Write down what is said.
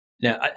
now